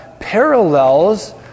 parallels